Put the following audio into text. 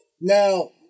Now